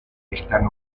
están